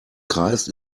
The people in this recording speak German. kreis